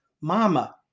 Mama